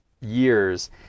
years